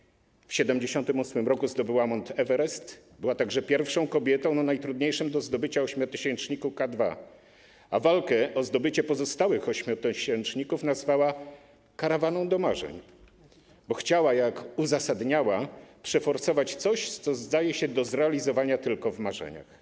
W 1978 r. zdobyła Mount Everest, była także pierwszą kobietą na najtrudniejszym do zdobycia ośmiotysięczniku K2, a walkę o zdobycie pozostałych ośmiotysięczników nazwała karawaną do marzeń, bo chciała - jak uzasadniała - przeforsować coś, co zdaje się do zrealizowania tylko w marzeniach.